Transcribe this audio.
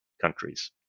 countries